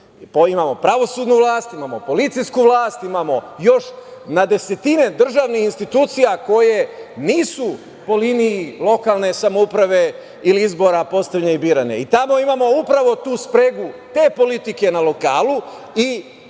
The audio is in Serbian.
imamo pravosudnu vlast, imamo policijsku vlast, imamo još na desetine državnih institucija koje nisu po liniji lokalne samouprave ili izbora postavljene i birane. Tamo imamo upravo tu spregu te politike na lokalu i